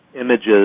images